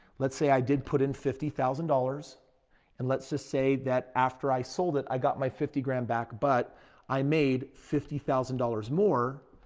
let's say i did put in fifty thousand dollars and let's just say that after i sold it, i got my fifty grand back but i made fifty thousand dollars more.